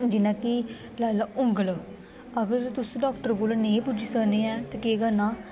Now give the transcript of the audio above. जियां कि लाई लेऔ उंगल अगर तुस डाॅक्टर कोल नेईं पुज्जी सकने ऐ ते केह् करना